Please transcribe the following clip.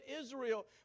Israel